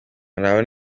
muraho